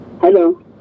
Hello